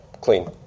Clean